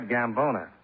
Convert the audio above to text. Gambona